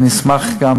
אני אשמח גם,